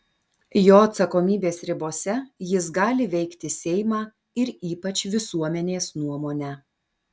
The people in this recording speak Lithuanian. jo atsakomybės ribose jis gali veikti seimą ir ypač visuomenės nuomonę